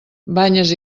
banyes